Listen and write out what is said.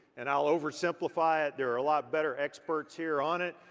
and i'll oversimplify it. there are a lot better experts here on it,